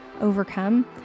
overcome